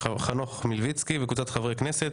של חבר הכנסת חנוך דב מלביצקי וקבוצת חברי כנסת.